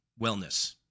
wellness